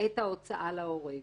את ההוצאה להורג.